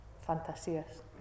fantasías